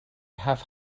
have